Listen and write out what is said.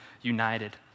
united